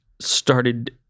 started